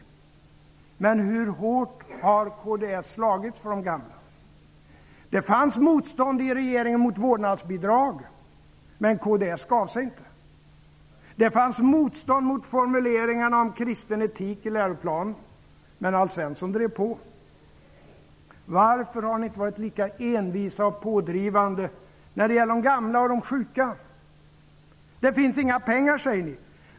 Men hur hårt har kds slagits för de gamla? Det fanns motstånd i regeringen mot vårdnadsbidrag. Men kds gav sig inte. Det fanns motstånd mot formuleringarna om kristen etik i läroplanen. Men Alf Svensson drev på. Varför har ni inte varit lika envisa och pådrivande när det gäller de gamla och de sjuka? Det finns inga pengar, säger ni.